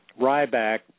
Ryback